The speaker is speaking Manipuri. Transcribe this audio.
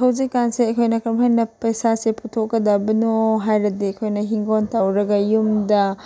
ꯍꯧꯖꯤꯛꯀꯥꯟꯁꯦ ꯑꯩꯈꯣꯏꯅ ꯀꯔꯝꯍꯥꯏꯅ ꯄꯩꯁꯥꯁꯦ ꯄꯨꯊꯣꯛꯀꯗꯕꯅꯣ ꯍꯥꯏꯔꯗꯤ ꯑꯩꯈꯣꯏꯅ ꯍꯤꯡꯒꯣꯟ ꯇꯧꯔꯒ ꯌꯨꯝꯗ